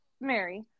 Mary